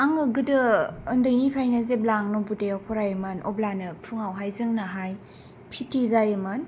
आङो गोदो ओन्दैनिफ्रायनो जेब्ला आं नबदयाव फरायोमोन अब्लानो फुङावहाय जोंनाहाय पि टि जायोमोन